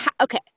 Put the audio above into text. okay